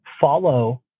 follow